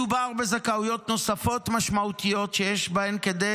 מדובר בזכאויות נוספות משמעותיות שיש בהן כדי